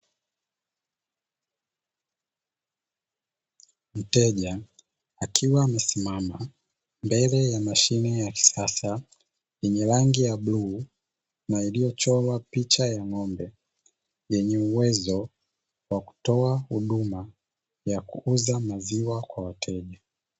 Mteja akiwa amesimama mbele ya mashine ya kisasa yenye rangi ya bluu, na iliyochorwa picha ya ng’ombe. Yenye uwezo wa kutoa huduma ya kuuza maziwa kwa wateja.